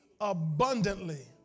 abundantly